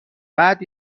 بعد